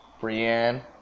Brienne